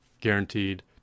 guaranteed